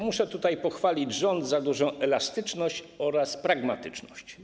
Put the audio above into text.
Muszę tutaj pochwalić rząd za dużą elastyczność oraz pragmatyczność.